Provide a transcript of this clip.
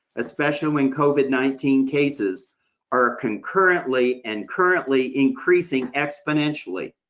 especially when covid nineteen cases are concurrently and currently increasing exponentially.